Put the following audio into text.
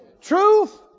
Truth